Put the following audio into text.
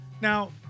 now